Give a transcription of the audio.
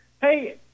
Hey